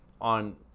On